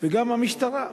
וגם המשטרה,